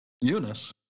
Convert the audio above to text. Eunice